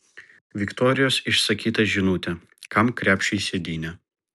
viktorijos išsakytą žinutę kam krepšiui sėdynė